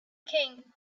king